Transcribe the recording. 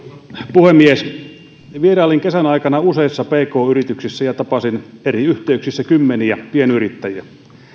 puhemies vierailin kesän aikana useissa pk yrityksissä ja tapasin eri yhteyksissä kymmeniä pienyrittäjiä